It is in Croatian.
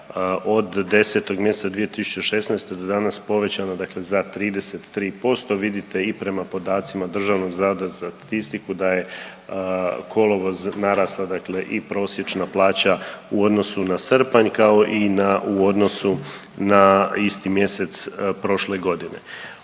od 10. mjeseca 2016. do danas povećana dakle za 33%, vidite i prema podacima Državnog zavoda za statistiku da je kolovoz narasla dakle i prosječna plaća u odnosu na srpanj, kao i na, u odnosu na isti mjesec prošle godine.